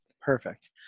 Perfect